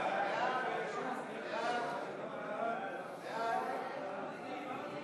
ההצעה להעביר את הצעת חוק קצבה ומשכורת מקופה